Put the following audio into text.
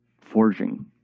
forging